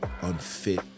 unfit